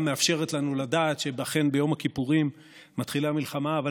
הולכת וקורמת לנגד עינינו איזה מציאות מצמררת לא פחות.